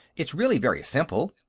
it's really very simple,